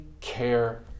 care